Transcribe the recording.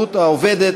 ההתיישבות העובדת